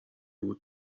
بود